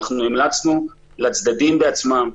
המלצנו לצדדים בעצמם,